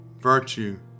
virtue